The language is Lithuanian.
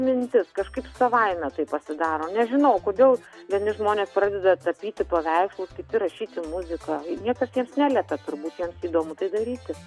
mintis kažkaip savaime tai pasidaro nežinau kodėl vieni žmonės pradeda tapyti paveikslus kiti rašyti muziką niekas neliepia turbūt jiems įdomu tai daryti